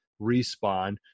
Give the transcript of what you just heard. Respawn